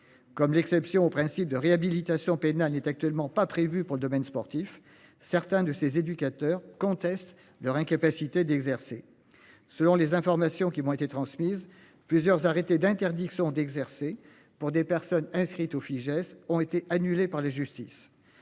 comme l'exception au principe de réhabilitation pénale n'est actuellement pas prévu pour le domaine sportif. Certains de ces éducateurs contestent leur incapacité d'exercer selon les informations qui m'ont été transmises plusieurs arrêtés d'interdiction d'exercer pour des personnes inscrites au Fijais ont été annulées par la justice